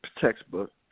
textbook